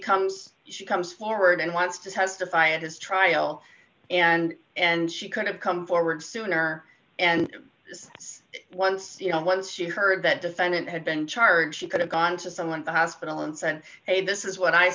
comes she comes forward and wants to testify at his trial and and she could have come forward sooner and this once you know once she heard that defendant had been charged she could have gone to someone to hospital and sent hey this is what i